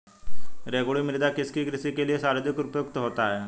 रेगुड़ मृदा किसकी कृषि के लिए सर्वाधिक उपयुक्त होती है?